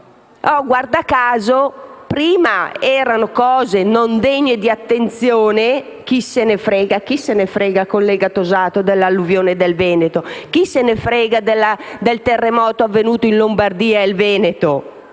Guarda caso, prima erano cose non degne di attenzione: «chi se ne frega dell'alluvione del Veneto; chi se ne frega del terremoto avvenuto in Lombardia e Veneto».